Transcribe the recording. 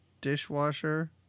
dishwasher